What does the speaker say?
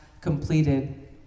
completed